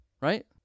right